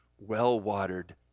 well-watered